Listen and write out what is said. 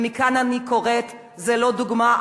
ומכאן אני קוראת: זאת לא דוגמה,